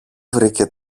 βρήκε